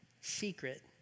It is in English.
secret